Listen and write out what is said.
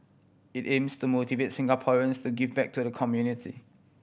it aims to motivate Singaporeans to give back to the community